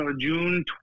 June